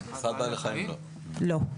לא.